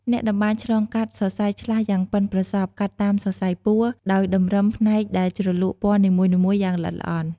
អ្នកតម្បាញឆ្លងកាត់សរសៃឆ្លាស់យ៉ាងប៉ិនប្រសប់កាត់តាមសរសៃពួរ ដោយតម្រឹមផ្នែកដែលជ្រលក់ពណ៌នីមួយៗយ៉ាងល្អិតល្អន់។